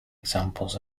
examples